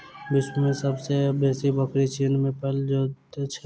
विश्व मे सब सॅ बेसी बकरी चीन मे पोसल जाइत छै